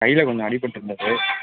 கையில கொஞ்சம் அடிப்பட்டுருந்துது